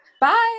bye